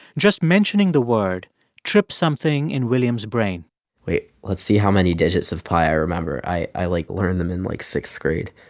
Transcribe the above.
just mentioning the word trips something in william's brain wait. let's see how many digits of pi i remember. i, like, learned them in, like, sixth grade.